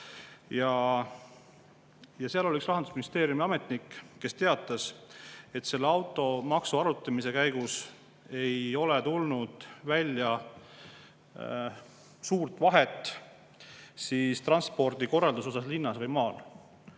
Ja seal oli üks Rahandusministeeriumi ametnik, kes teatas, et automaksu arutamise käigus ei ole tulnud välja suurt vahet transpordikorralduse suhtes linnas või maal.